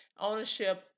ownership